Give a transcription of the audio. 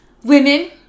Women